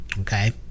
Okay